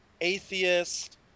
atheist